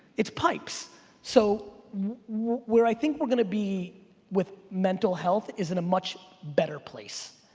it's pipes so, where i think we're gonna be with mental health is in a much better place.